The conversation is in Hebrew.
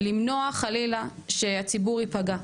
למנוע, חלילה, שהציבור ייפגע.